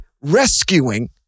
rescuing